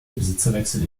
besitzerwechsel